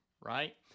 right